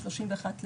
ה- 31 לאוגוסט,